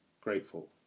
grateful